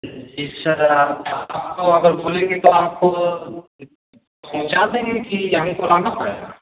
जी sir दुकान अगर खुलेगी तो आपको पहुँचा देंगे कि यहीं पर आना पड़ेगा